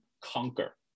conquer